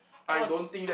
it was